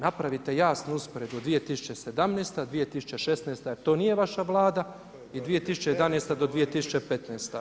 Napravite jasnu usporedbu 2017., 2016. jer to nije vaša Vlada i 2011. do 2015.